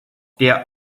der